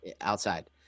Outside